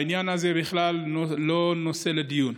העניין הזה הוא בכלל לא נושא לדיון.